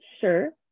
sure